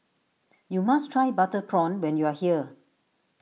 you must try Butter Prawn when you are here